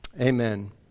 amen